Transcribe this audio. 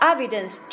Evidence